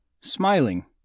Smiling